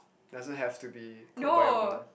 does it have to be cooked by your mom